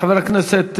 חבר הכנסת